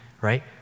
right